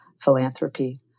philanthropy